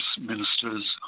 ministers